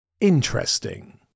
interesting